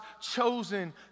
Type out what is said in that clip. chosen